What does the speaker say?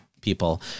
people